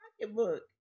pocketbook